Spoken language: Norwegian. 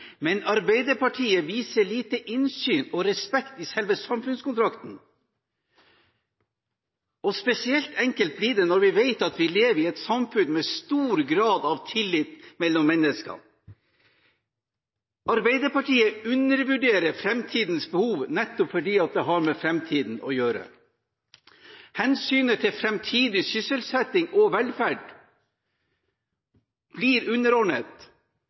men Arbeiderpartiet viser lite innsyn i og respekt for selve samfunnskontrakten. Og spesielt enkelt blir det når vi vet at vi lever i et samfunn med stor grad av tillit mellom menneskene. Arbeiderpartiet undervurderer framtidens behov nettopp fordi det har med framtiden å gjøre. Hensynet til framtidig sysselsetting og velferd blir underordnet